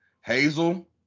Hazel